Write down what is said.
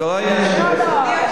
זה לא עניין של כסף.